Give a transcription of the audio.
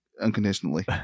unconditionally